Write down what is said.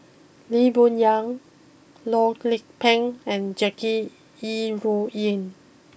Lee Boon Yang Loh Lik Peng and Jackie Yi Ru Ying